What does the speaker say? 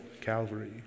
Calvary